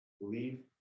believe